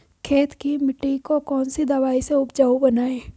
खेत की मिटी को कौन सी दवाई से उपजाऊ बनायें?